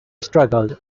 struggled